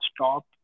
stop